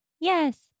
Yes